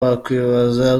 wakwibaza